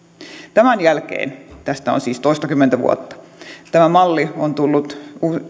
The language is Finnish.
tämän jälkeen tästä on siis toistakymmentä vuotta tämä malli on tullut